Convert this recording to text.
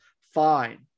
fine